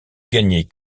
gagner